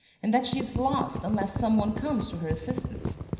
and that she is lost unless some one comes to her assistance.